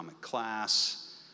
class